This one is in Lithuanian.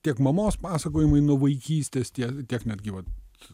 tiek mamos pasakojimai nuo vaikystės tie tiek netgi vat